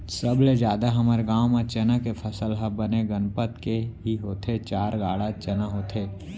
सबले जादा हमर गांव म चना के फसल ह बने गनपत के ही होथे चार गाड़ा चना होथे